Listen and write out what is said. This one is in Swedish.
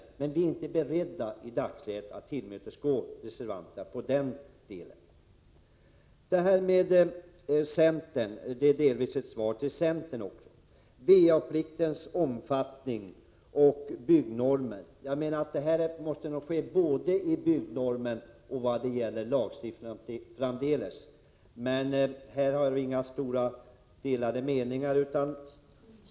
I dagsläget är vi emellertid inte beredda att tillmötesgå reservanterna i den delen. Detta var delvis ett svar till centern också. Beträffande va-pliktens omfattning och byggnormer menar jag att det krävs förändringar både i byggnormen och via lagstiftning framdeles, men inte heller här har vi några stora delade meningar.